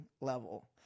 level